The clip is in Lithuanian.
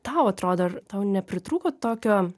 tau atrodo ar tau nepritrūko tokio